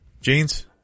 Jeans